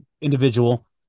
individual